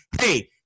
hey